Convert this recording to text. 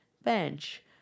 bench